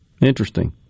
Interesting